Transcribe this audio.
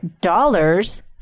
dollars